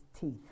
teeth